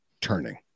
turning